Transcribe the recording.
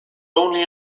only